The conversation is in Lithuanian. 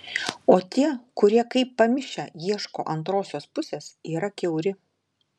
o tie kurie kaip pamišę ieško antrosios pusės yra kiauri